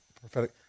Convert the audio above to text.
prophetic